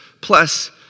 plus